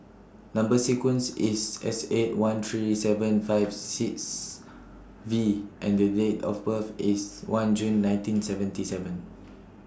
Number sequence IS S eight one three four seven five six V and Date of birth IS one June nineteen seventy seven